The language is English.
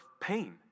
pain